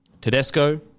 Tedesco